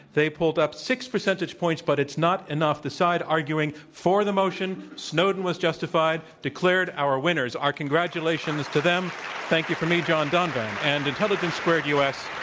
they pulled up six percentage points, but it's not enough. the side arguing for the motion snowden was justified declared our winners. our congratulations to them. thank you from me, john donvan and intelligence squared u. s.